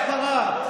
מה קרה?